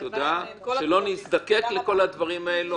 שלא נזדקק לכל הדברים האלה,